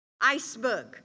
iceberg